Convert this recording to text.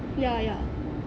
ya ya